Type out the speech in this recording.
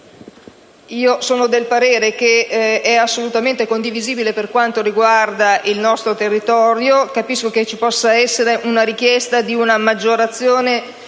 giorno G1.103 sia assolutamente condivisibile per quanto riguarda il nostro territorio. Capisco che possa esserci la richiesta di una maggiorazione